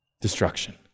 destruction